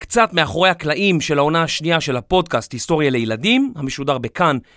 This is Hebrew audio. קצת מאחורי הקלעים של העונה השנייה של הפודקאסט, היסטוריה לילדים, המשודר בכאן.